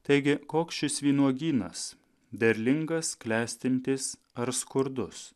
taigi koks šis vynuogynas derlingas klestintis ar skurdus